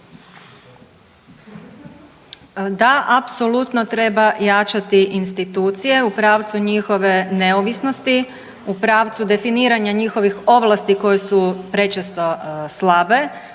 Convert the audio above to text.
Da, apsolutno treba jačati institucije u pravcu njihove neovisnosti, u pravcu definiranja njihovih ovlasti koje su prečesto slabe,